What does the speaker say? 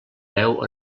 veu